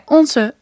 onze